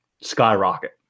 skyrocket